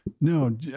No